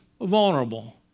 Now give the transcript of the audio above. vulnerable